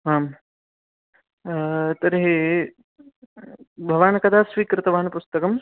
आं तर्हि भवान् कदा स्वीकृतवान् पुस्तकम्